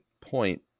point